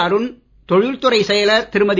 அருண் தொழில்துறைச் செயலர் திருமதி